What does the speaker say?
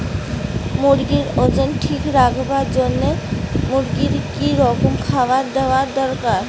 মুরগির ওজন ঠিক রাখবার জইন্যে মূর্গিক কি রকম খাবার দেওয়া দরকার?